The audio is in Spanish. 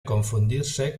confundirse